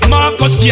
Marcus